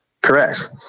Correct